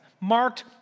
marked